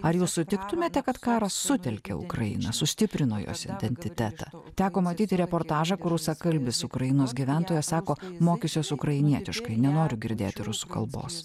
ar jūs sutiktumėte kad karas sutelkė ukrainą sustiprino jos identitetą teko matyti reportažą kur rusakalbis ukrainos gyventojas sako mokysiuos ukrainietiškai nenoriu girdėti rusų kalbos